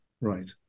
Right